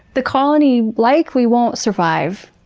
the colony likely won't survive.